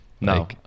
No